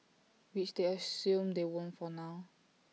which they assume they won't for now